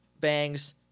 bangs